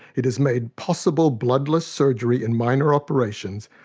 it has made possible bloodless surgery in minor operations,